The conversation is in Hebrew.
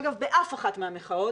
אגב באף אחת מהמחאות,